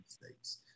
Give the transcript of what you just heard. mistakes